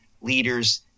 leaders